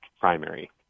primary